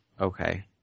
Okay